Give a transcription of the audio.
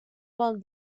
vol